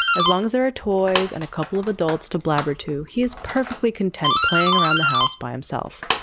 as long as there are toys and a couple of adults to blabber to. he is perfectly content playing around the house by himself.